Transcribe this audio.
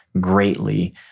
greatly